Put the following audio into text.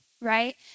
right